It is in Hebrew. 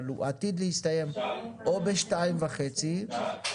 אבל הוא עתיד להסתיים או ב-14:30 או